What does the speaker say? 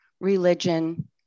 religion